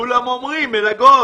כולם אומרים מלגות.